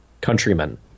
countrymen